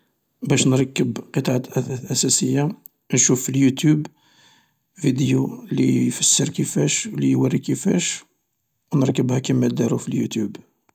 باش نركب قطعة اثاث اساسية نشوف في اليوتوب فيديو لي يغيرو كفاش اللي يوري كفاش ونركبها كما دارو في اليوتوب.